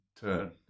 turn